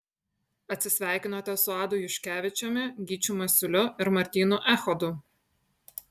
atsisveikinote su adu juškevičiumi gyčiu masiuliu ir martynu echodu